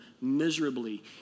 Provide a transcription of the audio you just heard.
miserably